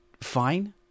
fine